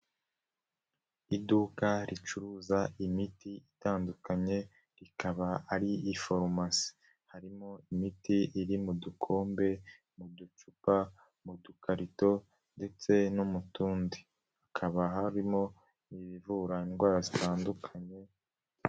Iduka ricuruza imiti itandukanye rikaba ari farumasi, harimo imiti iri mu dukombe, mu ducupa, mu dukarito ndetse no mu tundi, hakaba harimo ibivura indwara zitandukanye.